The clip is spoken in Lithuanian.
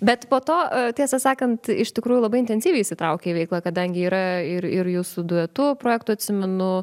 bet po to tiesą sakant iš tikrųjų labai intensyviai įsitraukia į veiklą kadangi yra ir ir jūsų duetu projektų atsimenu